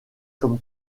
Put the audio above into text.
comme